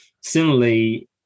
Similarly